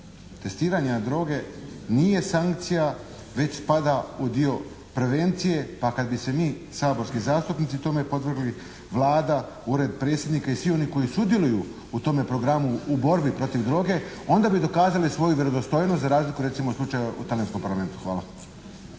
Testiranje na droge nije sankcija već spada u dio prevencije pa kad bi se mi saborski zastupnici tome podvrgli, Vlada, Ured predsjednika i svi oni koji sudjeluju u tome programu, u borbi protiv droge, onda bi dokazali svoju vjerodostojnost, za razliku recimo od slučaja u talijanskom parlamentu. Hvala.